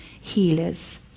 healers